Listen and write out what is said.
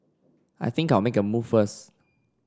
I think I'll make move first